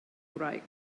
ngwraig